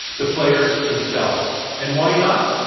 the players themselves. and why not?